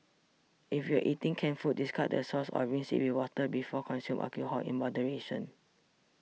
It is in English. if you are eating canned food discard the sauce or rinse it with water before Consume alcohol in moderation